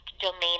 domain